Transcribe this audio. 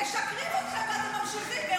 משקרים לכם ואתם ממשיכים.